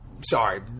sorry